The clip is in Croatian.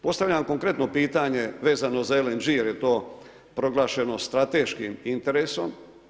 Postavljam konkretno pitanje vezano za LNG jer je to proglašeno strateškim interesom.